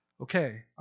okay